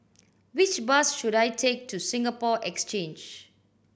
which bus should I take to Singapore Exchange